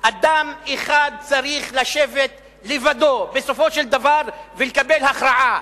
אדם אחד צריך לשבת לבדו בסופו של דבר ולקבל הכרעה,